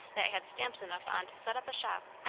that had stamps enough on to set up a shop.